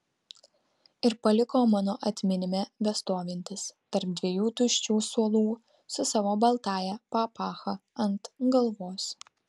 ir paliko mano atminime bestovintis tarp dviejų tuščių suolų su savo baltąja papacha ant galvos